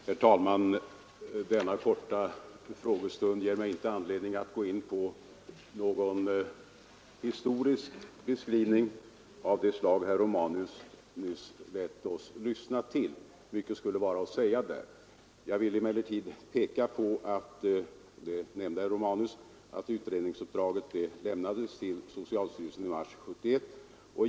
Herr talman! Denna korta frågestund ger mig inte anledning att gå in på någon historisk beskrivning av det slag herr Romanus nyss lät oss lyssna till. Mycket skulle vara att säga om detta. Jag vill emellertid peka på — det nämnde herr Romanus — att utredningsuppdraget lämnades till socialstyrelsen i mars 1971.